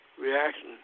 Reaction